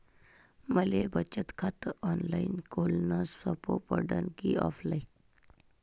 मले बचत खात ऑनलाईन खोलन सोपं पडन की ऑफलाईन?